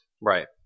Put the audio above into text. Right